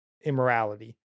immorality